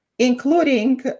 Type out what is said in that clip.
including